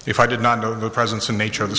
if i did not know the presence in nature of the